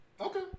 Okay